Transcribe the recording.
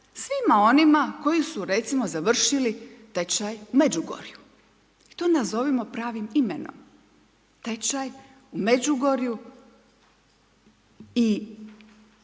svima onima koji su recimo završili tečaj u Međugorju i to nazovimo pravim imenom, tečaj u Međugorju.